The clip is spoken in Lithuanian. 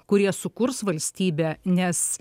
kurie sukurs valstybę nes